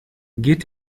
geht